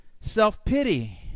self-pity